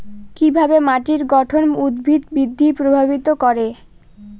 কিভাবে মাটির গঠন উদ্ভিদ বৃদ্ধি প্রভাবিত করে?